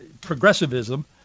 progressivism